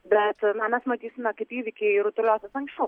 bet na mes matysime kaip įvykiai rutuliosis anksčiau